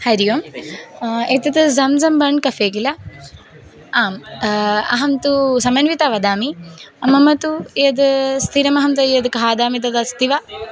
हरिः ओम् एतत् ज़ं ज़म्बान्ड् कफ़े किल आम् अहं तु समन्विता वदामि मम तु यद् स्थिरमहं च यद् खादामि तदस्ति वा